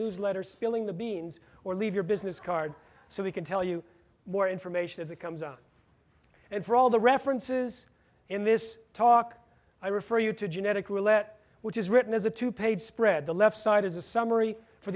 newsletter spilling the beans or leave your business card so we can tell you more information as it comes out and for all the references in this talk i refer you to genetic relay which is written as a two page spread the left side is a summary for